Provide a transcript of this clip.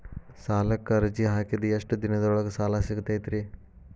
ಸಾಲಕ್ಕ ಅರ್ಜಿ ಹಾಕಿದ್ ಎಷ್ಟ ದಿನದೊಳಗ ಸಾಲ ಸಿಗತೈತ್ರಿ?